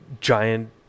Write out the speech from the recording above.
giant